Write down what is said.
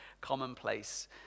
commonplace